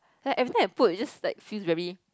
then every time I put it just like feels very